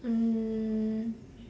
uh